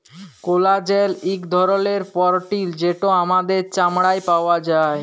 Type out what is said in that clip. collagen ইক ধরলের protein যেট আমাদের চামড়ায় পাউয়া যায়